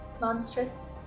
Monstrous